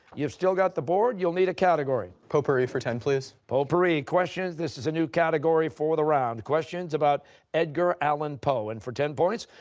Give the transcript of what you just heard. you've still got the board. you'll need a category. poe-pourri for ten, please. costa poe-pourri, questions. this is a new category for the round. questions about edgar allan poe. and for ten points,